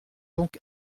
donc